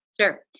Sure